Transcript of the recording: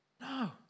No